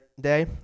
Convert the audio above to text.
day